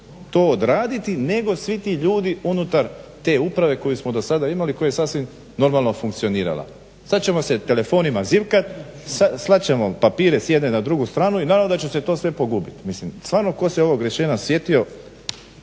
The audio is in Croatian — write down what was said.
to odraditi nego svi ti ljudi unutar te uprave koju smo do sada imali, koji je sasvim normalno funkcionirala. Sad ćemo se telefonima zivkat, slat ćemo papire s jedne na drugu stranu i naravno da će se to sve pogubit. Mislim stvarno tko se ovog rješenja sjetio,